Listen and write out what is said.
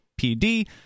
PD